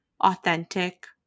authentic